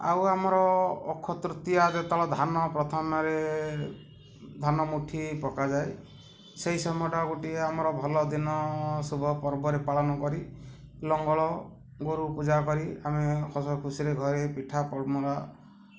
ଆଉ ଆମର ଅକ୍ଷୟ ତୃତୀୟ ଯେତେବେଳେ ଧାନ ପ୍ରଥମରେ ଧାନ ମୁଠି ପକାଯାଏ ସେଇ ସମୟଟା ଗୋଟିଏ ଆମର ଭଲଦିନ ଶୁଭ ପର୍ବରେ ପାଳନ କରି ଲଙ୍ଗଳ ଗୋରୁ ପୂଜା କରି ଆମେ ହସଖୁସିରେ ଘରେ ପିଠା ପଡ଼ମରା